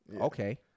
okay